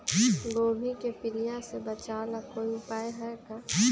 गोभी के पीलिया से बचाव ला कोई उपाय है का?